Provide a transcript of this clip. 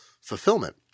fulfillment